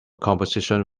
composition